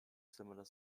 similar